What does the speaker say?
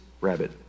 rabbit